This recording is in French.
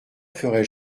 ferais